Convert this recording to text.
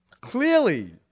Clearly